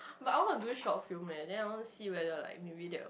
but I want to do short film eh then I want to see whether like maybe that